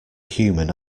human